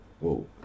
Whoa